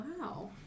Wow